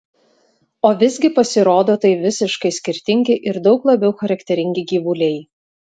o visgi pasirodo tai visiškai skirtingi ir daug labiau charakteringi gyvuliai